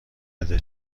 بده